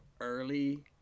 early